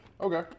Okay